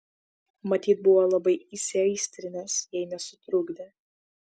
matyt buvo labai įsiaistrinęs jei nesutrukdė